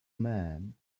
man